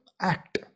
act